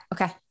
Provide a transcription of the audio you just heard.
Okay